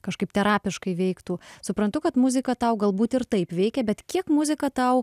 kažkaip terapiškai veiktų suprantu kad muzika tau galbūt ir taip veikia bet kiek muzika tau